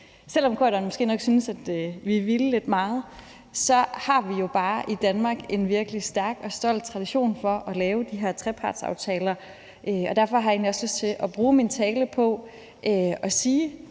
Selv om Bjarne Corydon måske nok syntes, at vi ville lidt meget, har vi jo bare i Danmark en virkelig stærk og stolt tradition for at lave de her trepartsaftaler, og derfor har jeg egentlig også lyst til at bruge min tale på at sige